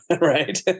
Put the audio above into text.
right